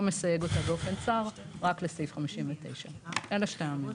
מסייג אותה באופן צר רק לסעיף 59. אלה שתי האמירות.